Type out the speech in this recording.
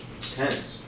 tense